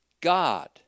God